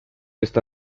esta